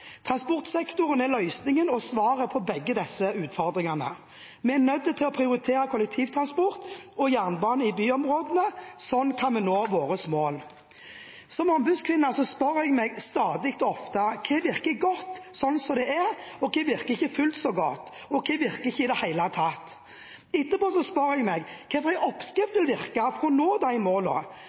Transportsektoren er løsningen og svaret på begge disse utfordringene. Vi er nødt til å prioritere kollektivtransport og jernbane i byområdene, slik kan vi nå våre mål. Som ombudskvinne spør jeg meg stadig: Hva virker godt som det er, hva virker ikke fullt så godt, og hva virker ikke i det hele tatt? Etterpå spør jeg meg: Hvilken oppskrift vil virke for å nå de